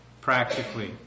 practically